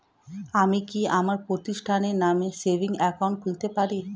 আমি কি আমার প্রতিষ্ঠানের নামে সেভিংস একাউন্ট খুলতে পারি?